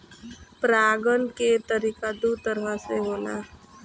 परागण के तरिका दू तरह से होला